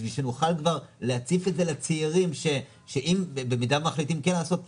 בשביל שנוכל כבר להציף את זה לצעירים שאם במידה שמחליטים לעשות את